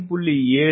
இந்த 0